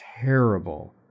terrible